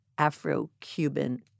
Afro-Cuban